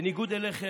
בניגוד אליכם,